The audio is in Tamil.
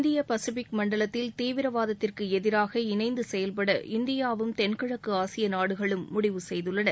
இந்திய பசிபிக் மண்டலத்தில் தீவிரவாதத்திற்கு எதிராக இணைந்து செயல்பட இந்தியாவும் தென்கிழக்கு ஆசிய நாடுகளும் முடிவு செய்துள்ளன